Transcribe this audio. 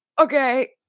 okay